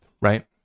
right